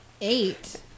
Eight